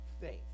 faith